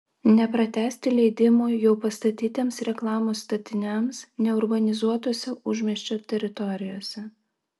nepratęsti leidimų jau pastatytiems reklamos statiniams neurbanizuotose užmiesčio teritorijose